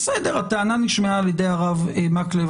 בסדר, הטענה נשמעה על ידי הרב מקלב.